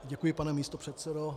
Děkuji, pane místopředsedo.